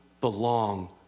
belong